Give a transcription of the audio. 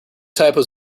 typos